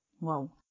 Wow